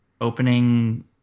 opening